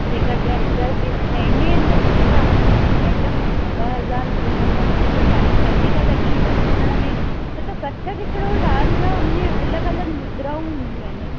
जेकॾहिं अगरि ॿिए महीने में अंदरि सिखिया त मैडम ॿ हज़ार लॻंदव छो जो टाइम वधीक लॻिंदो सिखण में छो त कथक हिकिड़ो डांस आहे उनमें अलॻि अलॻि मुद्राऊं हूंदियूं आहिनि